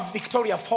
Victoria